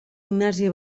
ignasi